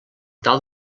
tal